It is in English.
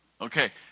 Okay